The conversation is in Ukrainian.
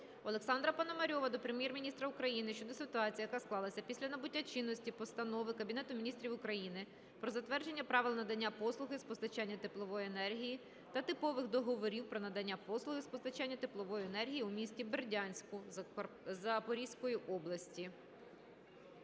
Олександра Пономарьова до Прем'єр-міністра України щодо ситуації, яка склалася після набуття чинності Постанови Кабінету Міністрів України "Про затвердження Правил надання послуги з постачання теплової енергії та типових договорів про надання послуги з постачання теплової енергії" у місті Бердянську Запорізької області.